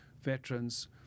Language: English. veterans